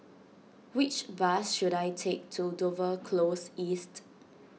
which bus should I take to Dover Close East